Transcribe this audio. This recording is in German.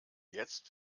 jetzt